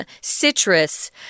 Citrus